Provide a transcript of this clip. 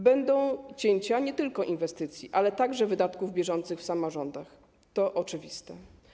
Będą cięcia nie tylko inwestycji, ale także wydatków bieżących w samorządach, to oczywiste.